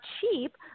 cheap